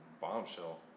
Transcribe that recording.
bombshell